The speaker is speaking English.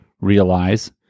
realize